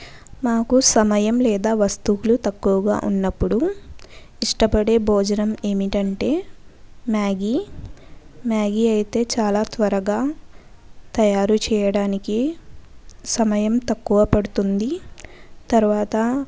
మాకు సమయం లేదా వస్తువులు తక్కువగా ఉన్నప్పుడు ఇష్టపడే భోజనం ఏమిటంటే మ్యాగీ మ్యాగీ ఐతే చాలా త్వరగా తయారు చెయ్యడానికి సమయం తక్కువ పడుతుంది తర్వాత